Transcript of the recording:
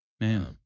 man